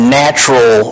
natural